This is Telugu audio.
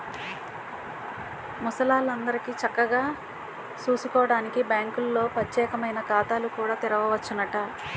ముసలాల్లందరికీ చక్కగా సూసుకోడానికి బాంకుల్లో పచ్చేకమైన ఖాతాలు కూడా తెరవచ్చునట